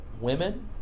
women